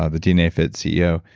ah the dnafit ceo.